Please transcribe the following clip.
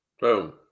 Boom